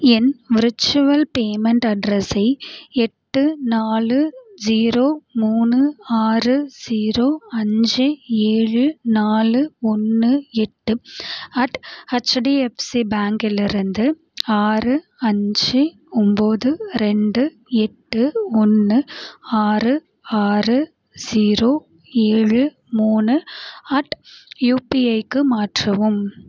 என் virtual payment அட்ரஸை எட்டு நாலு ஸீரோ மூணு ஆறு ஸீரோ அஞ்சு ஏழு நாலு ஒன்று எட்டு அட் ஹெச்டிஎஃப்சி பேங்க்கிலிருந்து ஆறு அஞ்சு ஒம்போது ரெண்டு எட்டு ஒன்று ஆறு ஆறு ஸீரோ ஏழு மூணு அட் யுபிஐக்கு மாற்றவும்